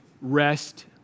Rest